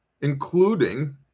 including